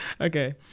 okay